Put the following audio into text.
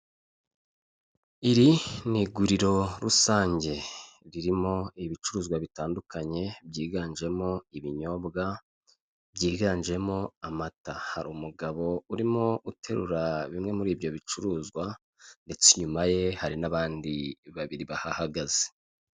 Iri n'iguriro rusange ririmo ibicuruzwa bitandukanye byiganjemo ibinyobwa byiganjemo amata hari umugabo urimo uterura bimwe muri ibyo bicuruzwa ndetse inyuma ye hari n'abandi babiri bahagaze.